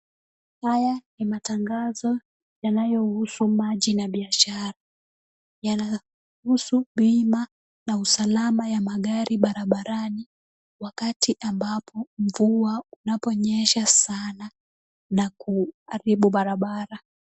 Haya, ni matangazo, yanayo husu maji na biashara, yana, husu bima, na usalama ya magari barabarani, wakati ambapo mvua unaponyesha sana, nakuaribu barabara.